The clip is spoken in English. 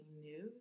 new